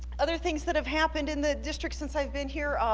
other things that have happened in the district since i've been here